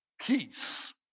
Peace